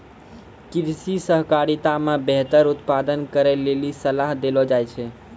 कृषि सहकारिता मे बेहतर उत्पादन करै लेली सलाह देलो जाय छै